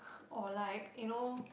or like you know